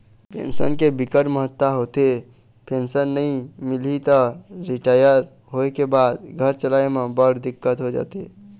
pension के बिकट महत्ता होथे, पेंसन नइ मिलही त रिटायर होए के बाद घर चलाए म बड़ दिक्कत हो जाथे